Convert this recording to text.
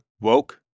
woke